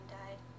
died